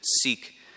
seek